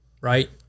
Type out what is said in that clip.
Right